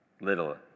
little